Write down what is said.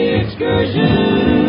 excursion